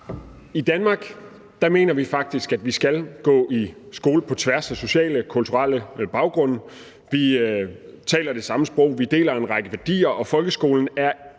I Danmark mener vi faktisk, at vi skal gå i skole på tværs af sociale og kulturelle baggrunde. Vi taler det samme sprog, vi deler en række værdier, og folkeskolen er